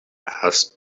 asked